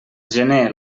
gener